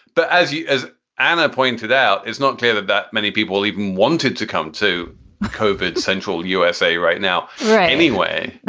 but as you as ana pointed out, it's not clear that that many people even wanted to come to kofod central usa right now. right anyway,